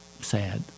sad